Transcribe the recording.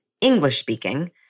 English-speaking